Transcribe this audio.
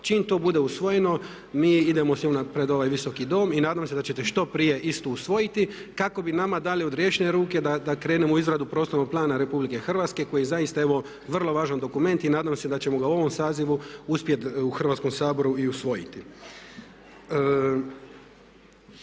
Čim to bude usvojeno. Mi idemo s njom pred ovaj Visoki dom i nadam se da ćete istu što prije usvojiti kako bi nama dali odriješene ruke da krenemo u izradu prostornog plana RH koji je zaista evo vrlo važan dokument i nadam se da ćemo ga u ovom sazivu uspjet u Hrvatskom saboru i usvojiti.